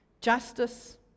justice